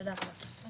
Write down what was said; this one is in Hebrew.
תודה רבה.